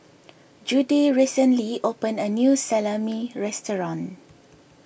Judi recently opened a new Salami restaurant